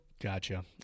Gotcha